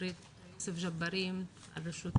חברי חבר הכנסת ג'בארין על ראשות